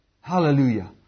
hallelujah